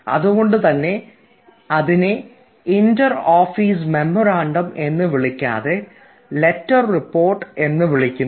അതുകൊണ്ടുതന്നെ അതിനെ inter office memorandum എന്ന് വിളിക്കാതെ ലെറ്റർ റിപ്പോർട്ട് എന്ന് വിളിക്കുന്നു